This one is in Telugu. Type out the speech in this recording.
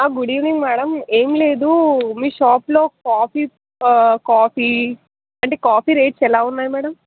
గుడ్ ఈవెనింగ్ మ్యాడమ్ ఏమి లేదు మీ షాప్లో కాఫీ కాఫీ అంటే కాఫీ రేట్స్ ఎలా ఉన్నాయి మ్యాడమ్